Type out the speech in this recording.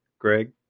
Greg